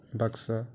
Baksa